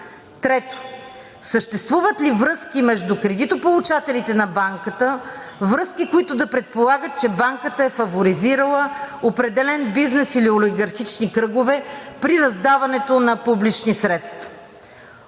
Трето, съществуват ли връзки между кредитополучателите на банката, връзки, които да предполагат, че банката е фаворизирала определен бизнес или олигархични кръгове при раздаването на публични средства?